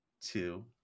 two